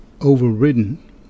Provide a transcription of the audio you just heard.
overridden